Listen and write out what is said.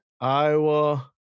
Iowa